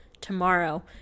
tomorrow